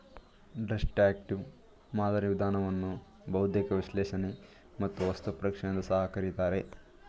destructive ಮಾದರಿ ವಿಧಾನವನ್ನು ಬೌದ್ಧಿಕ ವಿಶ್ಲೇಷಣೆ ಮತ್ತು ವಸ್ತು ಪರೀಕ್ಷೆ ಎಂದು ಸಹ ಕರಿತಾರೆ